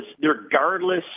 regardless